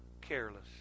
careless